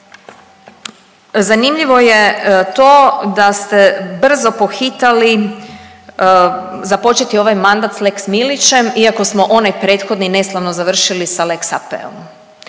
zanimljivo je to da ste brzo pohitali započeti ovaj mandat sa lex Milićem, iako smo onaj prethodni neslavno završili sa lex AP-om.